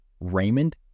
Raymond